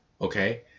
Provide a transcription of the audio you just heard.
okay